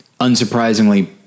unsurprisingly